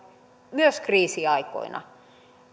myös kriisiaikoina